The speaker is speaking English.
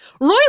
Roy